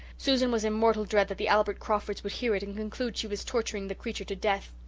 susan was in mortal dread that the albert crawfords would hear it and conclude she was torturing the creature to death.